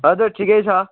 हजुर ठिकै छ